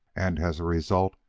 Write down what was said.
and, as a result,